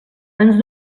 ens